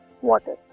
water